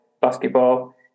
basketball